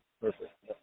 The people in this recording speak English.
Perfect